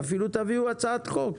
אפילו תביאו הצעת חוק.